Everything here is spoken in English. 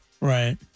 Right